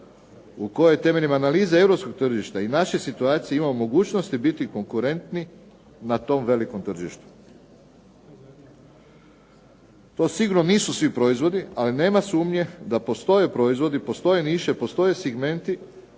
u koje temeljem analize Europskog tržište i naše situacije imamo mogućnosti biti konkurentni na tom velikom tržištu. To sigurno nisu svi proizvodi ali nema sumnje da postoje proizvodi, postoje segmenti